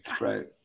Right